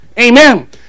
Amen